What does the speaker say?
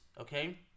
okay